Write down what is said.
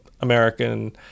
American